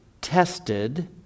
tested